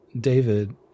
David